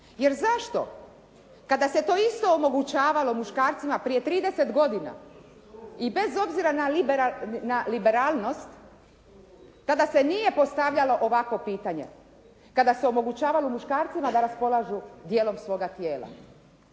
Jer zašto kada se to isto omogućavalo muškarcima prije 30 godina i bez obzira na liberalnost tada se nije postavljalo ovakvo pitanje, kada se omogućavalo muškarcima da raspolažu dijelom svoga tijela.